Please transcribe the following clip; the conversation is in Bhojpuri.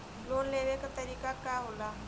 लोन लेवे क तरीकाका होला?